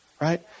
right